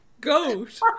goat